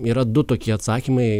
yra du tokie atsakymai